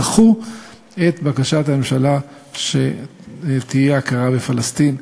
דחו את בקשת הממשלה שתהיה הכרה בפלסטין.